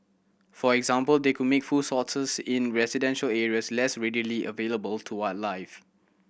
for example they could make food sources in residential areas less readily available to wildlife